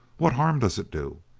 what harm does it do?